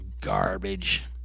garbage